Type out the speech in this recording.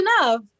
enough